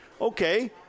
Okay